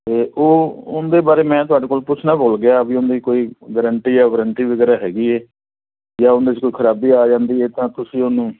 ਅਤੇ ਉਹ ਉਹਦੇ ਬਾਰੇ ਮੈਂ ਤੁਹਾਡੇ ਕੋਲ ਪੁੱਛਣਾ ਭੁੱਲ ਗਿਆ ਵੀ ਉਹਦੀ ਕੋਈ ਗਰੰਟੀ ਜਾਂ ਵਾਰੰਟੀ ਵਗੈਰਾ ਹੈਗੀ ਹੈ ਜਾਂ ਉਹਨਾਂ 'ਚ ਕੋਈ ਖਰਾਬੀ ਆ ਜਾਂਦੀ ਹੈ ਤਾਂ ਤੁਸੀਂ ਉਹਨੂੰ